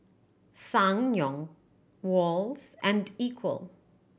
Ssangyong Wall's and Equal